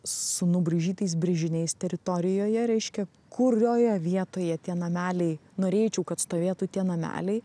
su nubraižytais brėžiniais teritorijoje reiškia kurioje vietoje tie nameliai norėčiau kad stovėtų tie nameliai